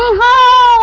la